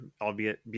albeit